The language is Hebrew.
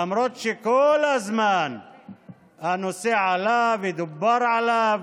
למרות שכל הזמן הנושא עלה ודובר עליו.